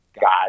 God